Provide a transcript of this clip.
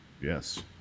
yes